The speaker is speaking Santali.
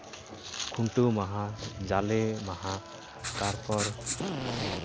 ᱠᱷᱩᱱᱴᱟᱹᱣ ᱢᱟᱦᱟ ᱡᱟᱞᱮ ᱢᱟᱦᱟ ᱛᱟᱨᱯᱚᱨ